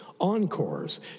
Encores